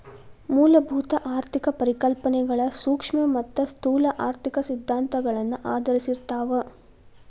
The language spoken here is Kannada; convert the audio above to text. ಮೂಲಭೂತ ಆರ್ಥಿಕ ಪರಿಕಲ್ಪನೆಗಳ ಸೂಕ್ಷ್ಮ ಮತ್ತ ಸ್ಥೂಲ ಆರ್ಥಿಕ ಸಿದ್ಧಾಂತಗಳನ್ನ ಆಧರಿಸಿರ್ತಾವ